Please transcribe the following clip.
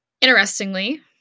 interestingly